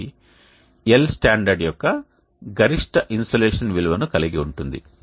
ఇది L standard యొక్క గరిష్ట ఇన్సోలేషన్ విలువను కలిగి ఉంటుంది